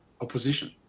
opposition